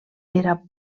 era